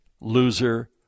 loser